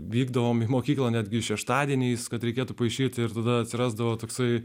vykdavome į mokyklą netgi šeštadieniais kad reikėtų paišyti ir tada atsirasdavo toksai